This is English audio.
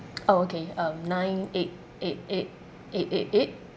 orh okay um nine eight eight eight eight eight eight